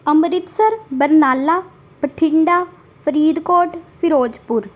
Amritsar Barnala Bathinda Faridkot Firozpur